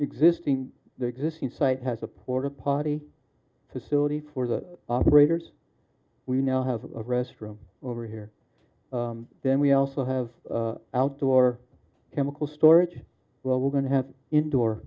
existing the existing site has a port a potty facility for the operators we now have a rest room over here then we also have outdoor chemical storage where we're going to have indoor